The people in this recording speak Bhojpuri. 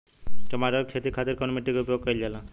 टमाटर क खेती खातिर कवने मिट्टी के उपयोग कइलजाला?